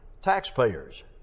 Taxpayers